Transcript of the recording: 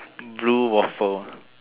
blue waffle